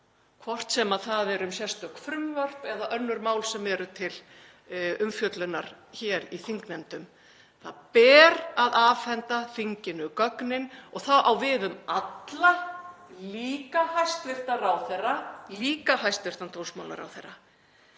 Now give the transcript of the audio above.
hvort sem það er um sérstök frumvörp eða önnur mál sem eru til umfjöllunar hér í þingnefndum. Það ber að afhenda þinginu gögnin og það á við um alla, líka hæstv. ráðherra, líka hæstv. dómsmálaráðherra.